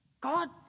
God